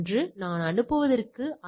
எனவே நாம் CHI TEST செய்கிறோம்